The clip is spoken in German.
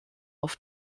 auf